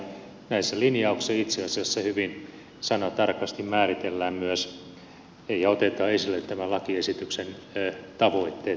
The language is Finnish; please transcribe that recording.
näissä linjauksissa itse asiassa hyvin sanatarkasti määritellään myös ja otetaan esille tämän lakiesityksen tavoitteet